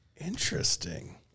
Interesting